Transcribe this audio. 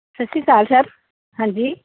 ਸਤਿ ਸ਼੍ਰੀ ਅਕਾਲ ਸਰ ਹਾਂਜੀ